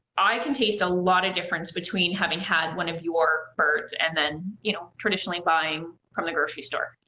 i can taste a lot of difference between having had one of your birds and then, you know, traditionally buying from the grocery store,